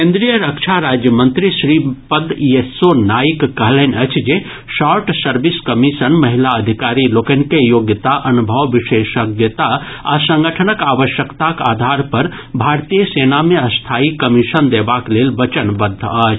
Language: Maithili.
केन्द्रीय रक्षा राज्यमंत्री श्रीपद येस्सो नाइक कहलनि अछि जे शॉर्ट सर्विस कमीशन महिला अधिकारी लोकनि के योग्यता अनुभव विशेषज्ञता आ संगठनक आवश्यकताक आधार पर भारतीय सेना मे स्थायी कमीशन देबाक लेल वचनबद्ध अछि